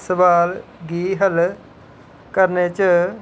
सुआल गी हल करने च